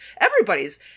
everybody's